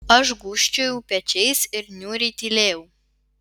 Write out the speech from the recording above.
aš gūžčiojau pečiais ir niūriai tylėjau